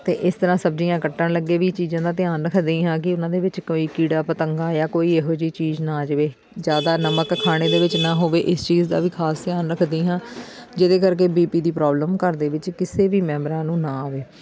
ਅਤੇ ਇਸ ਤਰ੍ਹਾਂ ਸਬਜ਼ੀਆਂ ਕੱਟਣ ਲੱਗੇ ਵੀ ਚੀਜ਼ਾਂ ਦਾ ਧਿਆਨ ਰੱਖਦੀ ਹਾਂ ਕਿ ਉਹਨਾਂ ਦੇ ਵਿੱਚ ਕੋਈ ਕੀੜਾ ਪਤੰਗਾ ਜਾਂ ਕੋਈ ਇਹੋ ਜਿਹੀ ਚੀਜ਼ ਨਾ ਆ ਜਾਵੇ ਜ਼ਿਆਦਾ ਨਮਕ ਖਾਣੇ ਦੇ ਵਿੱਚ ਨਾ ਹੋਵੇ ਇਸ ਚੀਜ਼ ਦਾ ਵੀ ਖਾਸ ਧਿਆਨ ਰੱਖਦੀ ਹਾਂ ਜਿਹਦੇ ਕਰਕੇ ਬੀ ਪੀ ਦੀ ਪ੍ਰੋਬਲਮ ਘਰ ਦੇ ਵਿੱਚ ਕਿਸੇ ਵੀ ਮੈਂਬਰਾਂ ਨੂੰ ਨਾ ਆਵੇ